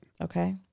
Okay